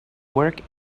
work